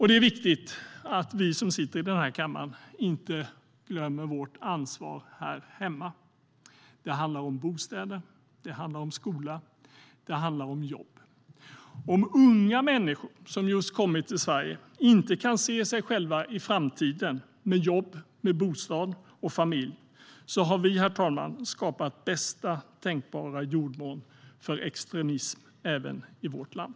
Det är viktigt att vi som sitter i denna kammare inte glömmer vårt ansvar här hemma. Det handlar om bostäder, det handlar om skola och det handlar om jobb. Om unga människor som just kommit till Sverige inte kan se sig själva i framtiden med jobb, med bostad och med familj har vi, herr talman, skapat bästa tänkbara jordmån för extremism även i vårt land.